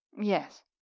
Yes